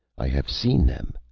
i have seen them,